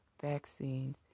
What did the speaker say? vaccines